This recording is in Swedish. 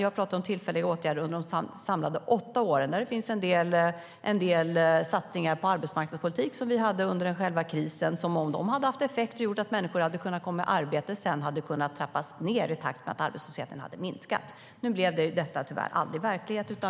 Jag talade om tillfälliga åtgärder under de samlade åtta åren, där det finns en del satsningar på arbetsmarknadspolitik som vi hade under själva krisen. Om de hade haft effekt hade de kunnat göra att människor hade kommit i arbete, och sedan hade de kunnat trappas ned i takt med att arbetslösheten hade minskat. Nu blev detta tyvärr aldrig verklighet.